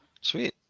sweet